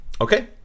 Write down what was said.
Okay